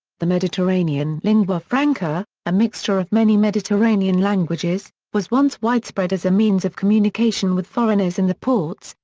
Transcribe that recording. the mediterranean lingua franca, a mixture of many mediterranean languages, was once widespread as a means of communication with foreigners in the ports,